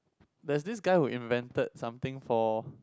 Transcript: there's this guy who invented something for